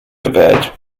gewählt